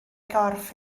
gorff